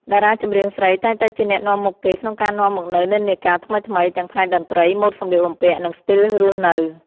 តារាចម្រៀងស្រីតែងតែជាអ្នកនាំមុខគេក្នុងការនាំមកនូវនិន្នាការថ្មីៗ ទាំងផ្នែកតន្ត្រី ម៉ូដសម្លៀកបំពាក់ និងស្ទីលរស់នៅ។